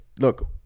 Look